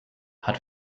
hat